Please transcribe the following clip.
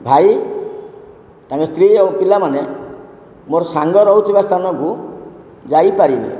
ଭାଇ ତାଙ୍କ ସ୍ତ୍ରୀ ଆଉ ପିଲାମାନେ ମୋ ସାଙ୍ଗ ରହୁଥିବା ସ୍ଥାନକୁ ଯାଇପାରିବେ